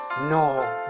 No